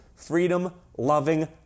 freedom-loving